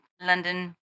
London